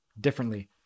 differently